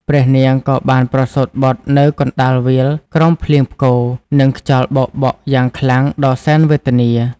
ព្រះនាងក៏បានប្រសូត្របុត្រនៅកណ្ដាលវាលក្រោមភ្លៀងផ្គរ និងខ្យល់បោកបក់យ៉ាងខ្លាំងដ៏សែនវេទនា។